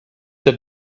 that